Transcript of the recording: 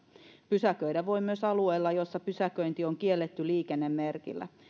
pysäköidä voi myös alueella jossa pysäköinti on kielletty liikennemerkillä